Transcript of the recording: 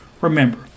remember